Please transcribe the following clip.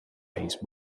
pace